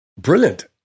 brilliant